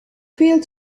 failed